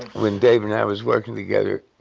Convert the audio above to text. when dave and i was working together,